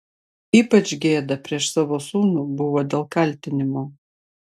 ypač gėda prieš savo sūnų buvo dėl kaltinimo